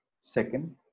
Second